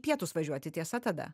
pietus važiuoti tiesa tada